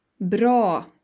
bra